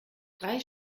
drei